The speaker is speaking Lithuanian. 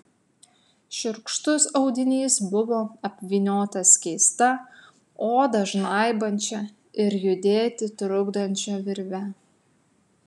šiurkštus audinys buvo apvyniotas keista odą žnaibančia ir judėti trukdančia virve